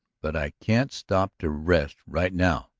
but i can't stop to rest right now.